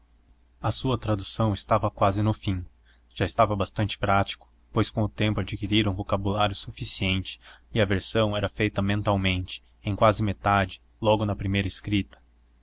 a sua tradução estava quase no fim já estava bastante prático pois com o tempo adquirira um vocabulário suficiente e a versão era feita mentalmente em quase metade logo na primeira escrita